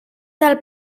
del